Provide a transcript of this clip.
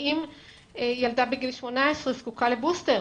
האם ילדה בגיל 18 זקוקה לבוסטר?